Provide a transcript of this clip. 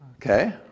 Okay